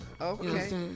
okay